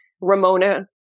Ramona